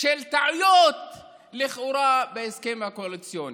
על טעויות לכאורה בהסכם הקואליציוני?